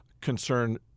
concern